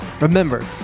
Remember